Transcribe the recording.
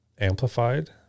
amplified